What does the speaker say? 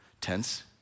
tense